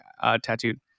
tattooed